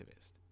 activist